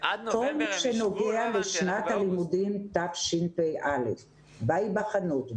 כל שנוגע לשנת הלימודים תשפ"א בהיבחנות,